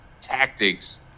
tactics